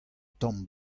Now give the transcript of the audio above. tamm